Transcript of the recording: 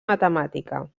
matemàtica